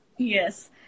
yes